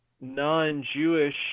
non-jewish